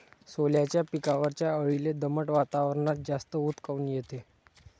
सोल्याच्या पिकावरच्या अळीले दमट वातावरनात जास्त ऊत काऊन येते?